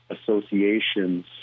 association's